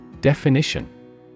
Definition